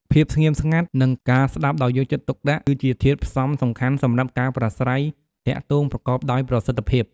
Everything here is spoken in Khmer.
ភាពស្ងៀមស្ងាត់ និងការស្តាប់ដោយយកចិត្តទុកដាក់ គឺជាធាតុផ្សំសំខាន់សម្រាប់ការប្រាស្រ័យទាក់ទងប្រកបដោយប្រសិទ្ធភាព។